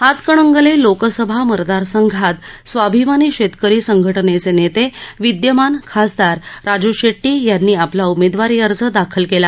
हातकणंगले लोकसभा मतदार संघात स्वाभिमानी शेतकरी संघटनेचे नेते विद्यमान खासदार राजू शेष्टी यांनी आपला उमेदवारी अर्ज दाखल केला